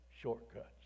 shortcuts